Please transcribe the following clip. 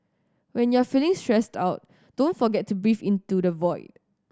when you are feeling stressed out don't forget to breathe into the void